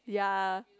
ya